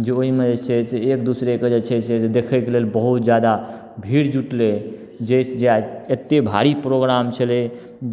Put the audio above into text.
जँ ओहिमे जे छै से एक दूसरेके जे छै से देखैके लेल बहुत ज्यादा भीड़ जुटलै जाहि जाहि एतेक भारी प्रोग्राम छलै